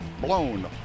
Blown